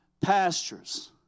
pastures